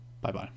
Bye-bye